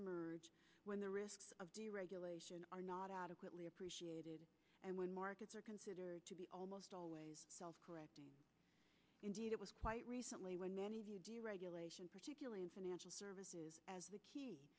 emerge when the risks of deregulation are not adequately appreciated and when markets are considered to be almost always self correcting indeed it was quite recently when regulation particularly in financial services as the key